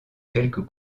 quelques